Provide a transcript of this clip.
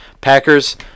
Packers